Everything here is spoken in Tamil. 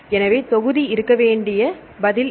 எனவே தொகுதி இருக்க வேண்டிய பதில் இது